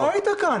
כשלא היית כאן.